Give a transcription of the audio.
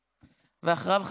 ואחריו,